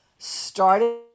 Started